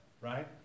Right